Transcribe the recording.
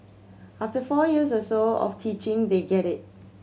after four years or so of teaching they get it